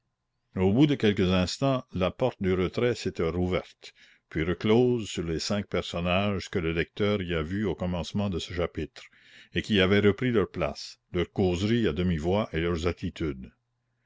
au bout de quelques instants la porte du retrait s'était rouverte puis reclose sur les cinq personnages que le lecteur y a vus au commencement de ce chapitre et qui y avaient repris leurs places leurs causeries à demi-voix et leurs attitudes